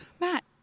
Matt